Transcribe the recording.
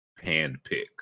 handpick